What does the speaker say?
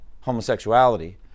homosexuality